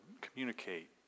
communicate